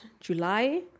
July